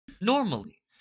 normally